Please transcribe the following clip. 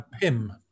PIM